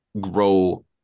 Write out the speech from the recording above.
grow